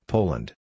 Poland